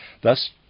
Thus